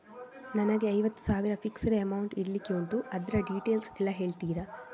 ನನಗೆ ಐವತ್ತು ಸಾವಿರ ಫಿಕ್ಸೆಡ್ ಅಮೌಂಟ್ ಇಡ್ಲಿಕ್ಕೆ ಉಂಟು ಅದ್ರ ಡೀಟೇಲ್ಸ್ ಎಲ್ಲಾ ಹೇಳ್ತೀರಾ?